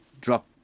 drop